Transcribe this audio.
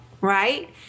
right